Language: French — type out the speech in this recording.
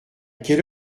quelle